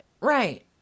right